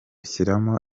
shyiramo